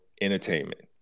entertainment